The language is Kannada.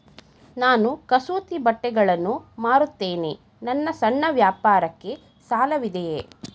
ನಾನು ಕಸೂತಿ ಬಟ್ಟೆಗಳನ್ನು ಮಾರುತ್ತೇನೆ ನನ್ನ ಸಣ್ಣ ವ್ಯಾಪಾರಕ್ಕೆ ಸಾಲವಿದೆಯೇ?